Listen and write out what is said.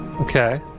Okay